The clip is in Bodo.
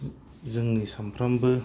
जोंनि सामफ्रोमबो